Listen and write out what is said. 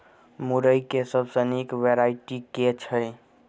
मुरई केँ सबसँ निक वैरायटी केँ छै?